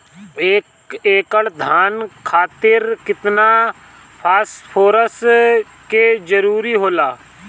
एक एकड़ धान खातीर केतना फास्फोरस के जरूरी होला?